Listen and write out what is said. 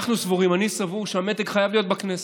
אנחנו סבורים, אני סבור, שהמתג חייב להיות בכנסת.